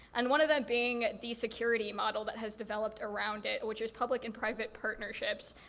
and one of them being the security model that has developed around it, which is public and private partnerships.